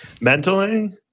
Mentally